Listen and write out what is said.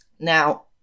Now